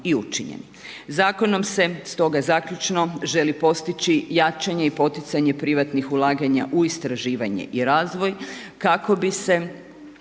Zakonom se stoga zaključno, želi postići jačanje i poticanje privatnih ulaganja u istraživanje i razvoj kako bi se